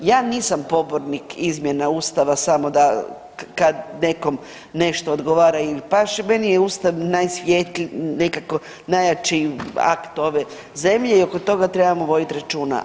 Ja nisam pobornik izmjena Ustava samo da kad nekom nešto odgovara ili paše, meni je Ustav najsvjetliji, nekako najjači akti ove zemlje i oko toga trebamo voditi računa.